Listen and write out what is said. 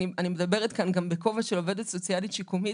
אני מדברת גם בכובע של עובדת סוציאלית שיקומית,